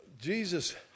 Jesus